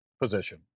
position